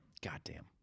Goddamn